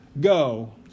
Go